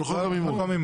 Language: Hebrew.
על חוק המימון.